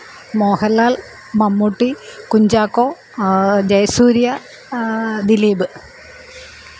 Mohanlal Mammootty Kunchacko Jayasurya Dileep